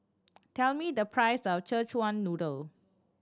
tell me the price of Szechuan Noodle